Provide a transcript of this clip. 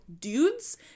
dudes